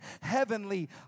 heavenly